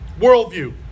worldview